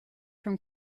from